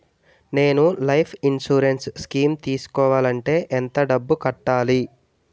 నేను life insurance scheme తీసుకోవాలంటే ఎంత డబ్బు కట్టాలి?